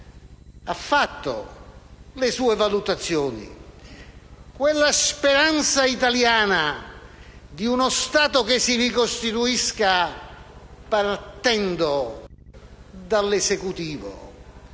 affatto le sue valutazioni e la speranza italiana di uno Stato che si ricostituisca partendo dall'Esecutivo